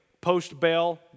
post-bail